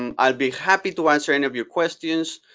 um i'll be happy to answer any of your questions,